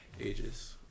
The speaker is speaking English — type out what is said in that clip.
ages